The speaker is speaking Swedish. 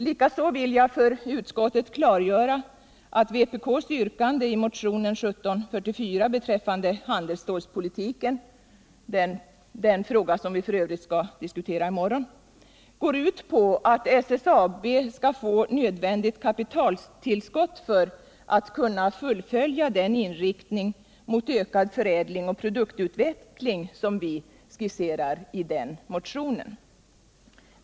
Likaså vill jag för utskottet klargöra att vpk:s yrkande i motionen 1744 beträffande handelsstålspolitiken — den fråga som vi f. ö. skall diskutera i morgon — går ut på att SSAB skall få nödvändigt kapitaltillskott för att kunna fullfölja den inriktning mot ökad förädling och produktutveckling som vi skisserar i motionen.